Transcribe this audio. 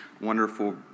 wonderful